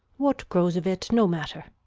what grows of it, no matter.